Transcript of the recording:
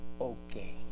okay